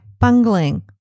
bungling